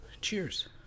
cheers